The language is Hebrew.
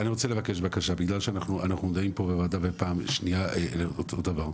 אני רוצה לבקש בקשה בגלל שאנחנו דנים פה בוועדה בפעם השנייה באותו דבר.